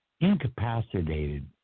incapacitated